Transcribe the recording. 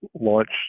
launched